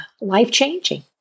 life-changing